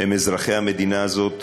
הם אזרחי המדינה הזאת.